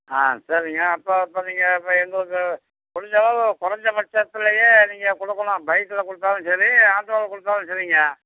ஆ சரிங்க அப்போ அப்போ நீங்கள் ப எங்களுக்கு முடிஞ்சளவு கொறைஞ்சப் பட்சத்துலேயே நீங்கள் கொடுக்கலாம் பைக்கில் கொடுத்தாலும் சரி ஆட்டோவில் கொடுத்தாலும் சரிங்க